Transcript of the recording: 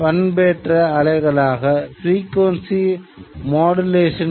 அவற்றின் உபகரணங்கள் மிகவும் கனமானதாக இருக்கும்